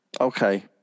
Okay